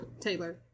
taylor